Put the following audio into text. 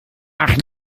nach